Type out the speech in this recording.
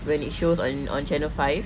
when it shows on channel five